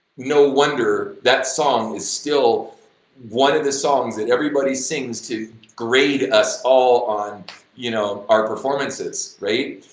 no wonder that song is still one of the songs that everybody sings to grade us all on you know our performances, right?